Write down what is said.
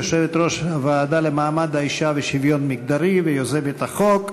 יושבת-ראש הוועדה למעמד האישה ושוויון מגדרי ויוזמת החוק.